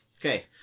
Okay